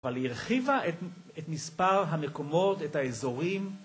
אבל היא הרחיבה את מספר המקומות, את האזורים.